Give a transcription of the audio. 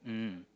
mm